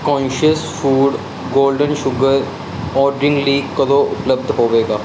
conscious food golden sugar ordering ਲਈ ਕਦੋਂ ਉਪਲੱਬਧ ਹੋਵੇਗਾ